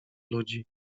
ludzi